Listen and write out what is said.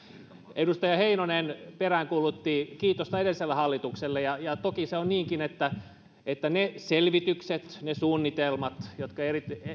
edustaja heinonen peräänkuulutti kiitosta edelliselle hallitukselle ja ja toki se on niinkin että että ne selvitykset ne suunnitelmat jotka